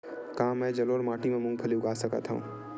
का मैं जलोढ़ माटी म मूंगफली उगा सकत हंव?